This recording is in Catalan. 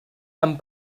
amb